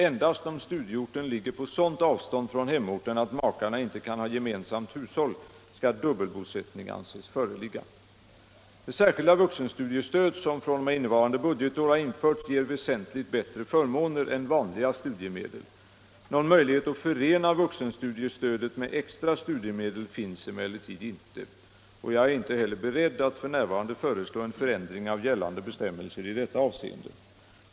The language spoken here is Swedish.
Endast om studieorten ligger på sådant avstånd från hemorten att makarna inte kan ha gemensamt hushåll skall dubbelbosättning anses föreligga. Det särskilda vuxenstudiestöd som fr.o.m. innevarande budgetår har införts ger väsentligt bättre förmåner än vanliga studiemedel. Någon möjlighet att förena vuxenstudiestödet med extra studiemedel finns emellertid inte. Jag är inte heller beredd att f. n. föreslå en förändring av gällande bestämmelser i detta avseende.